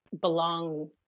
belong